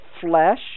flesh